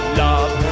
love